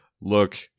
Look